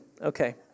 Okay